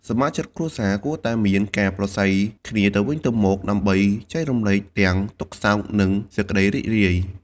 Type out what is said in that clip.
សមាជិកគ្រួសារគួរតែមានការប្រាស្រ័យគ្នាទៅវិញទៅមកដើម្បីចែករំលែកទាំងទុក្ខសោក និងសេចក្តីរីករាយ។